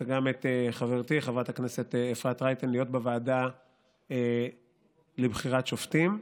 וגם את חברתי חברת הכנסת אפרת רייטן להיות בוועדה לבחירת שופטים.